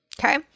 okay